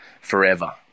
forever